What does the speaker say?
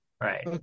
Right